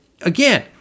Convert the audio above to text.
Again